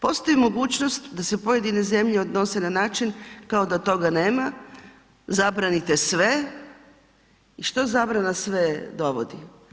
Postoji mogućnost da se pojedine zemlje odnose na način kao da toga nema, zabranite sve i što zabrana sve dovodi?